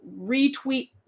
retweet